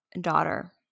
daughter